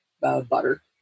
butter